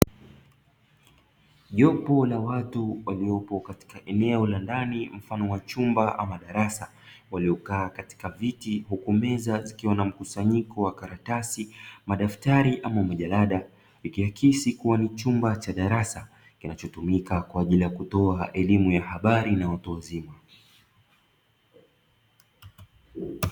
Jopo la watu waliopo katika eneo la ndani mfano wa chumba, ama darasa waliokaa katika viti, huku meza ziikiwa na mkusanyiko wa makaratasi, madaftari ama majadala, ikiakisia kuwa ni chumba cha darasa kiinachotumika kwa ajili ya kutoa elimu ya habari na watu wazima.